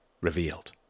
revealed